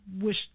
wish